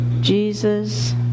Jesus